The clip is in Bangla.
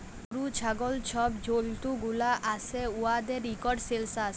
গরু, ছাগল ছব জল্তুগুলা আসে উয়াদের ইকট সেলসাস